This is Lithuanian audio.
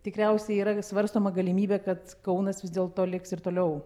tikriausiai yra vis svarstoma galimybė kad kaunas vis dėlto liks ir toliau